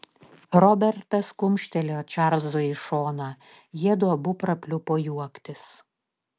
robertas ir kumštelėjo čarlzui į šoną jiedu abu prapliupo juoktis